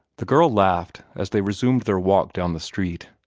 the girl laughed, as they resumed their walk down the street.